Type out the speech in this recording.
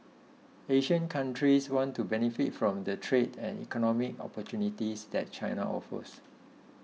Asian countries want to benefit from the trade and economic opportunities that China offers